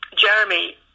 Jeremy